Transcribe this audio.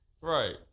Right